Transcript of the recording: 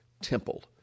temple